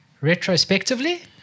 retrospectively